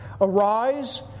arise